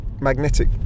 magnetic